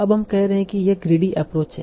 अब हम कह रहे हैं कि यह ग्रीडी एप्रोच है